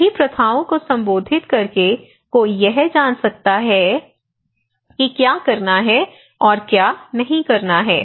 सही प्रथाओं की संबोधित करके कोई यह जान सकता है सकता है कि क्या करना है और क्या नहीं करना है